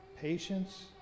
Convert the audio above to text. patience